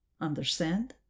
Understand